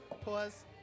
Pause